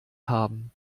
haben